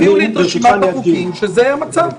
הביאו לי את רשימת החוקים שזה המצב.